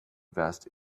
vest